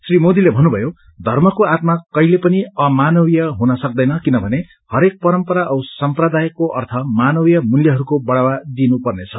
श्री मोदीले भन्नुभयो धर्मको आत्मा कहिल्यै पनि अमानवीय हुन सक्दैन किनभने हरेक परम्परा औ सम्प्रदायको अर्थ मानवीय मूल्यहरूलाई बढ़ावा दिइनु पर्नेछ